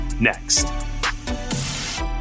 next